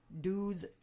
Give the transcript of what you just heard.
dudes